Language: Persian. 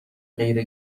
غیر